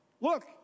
Look